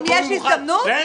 יש הזדמנות,